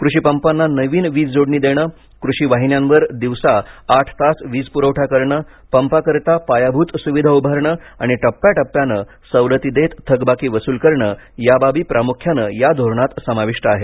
कृषीपंपांना नवीन वीज जोडणी देणं कृषी वाहिन्यांवर दिवसा आठ तास वीज पुरवठा करणं पंपाकरिता पायाभूत सुविधा उभारणं आणि टप्प्याटप्प्यानं सवलती देत थकबाकी वसुल करणं या बाबी प्रामुख्यानं या धोरणात समाविष्ट आहेत